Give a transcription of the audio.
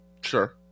Sure